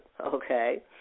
okay